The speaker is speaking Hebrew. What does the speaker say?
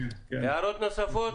יש הערות נוספות?